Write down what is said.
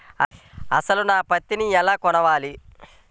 అసలు నా పత్తిని ఎలా కొలవాలి?